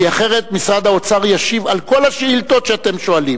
כי אחרת משרד האוצר ישיב על כל השאילתות שאתם שואלים,